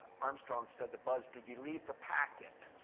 armstrong said to buzz, did you leave the packet?